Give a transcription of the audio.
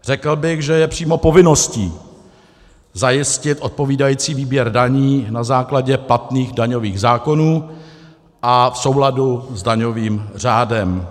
Řekl bych, že je přímo povinností zajistit odpovídající výběr daní na základě platných daňových zákonů a v souladu s daňovým řádem.